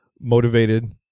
motivated